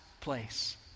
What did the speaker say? place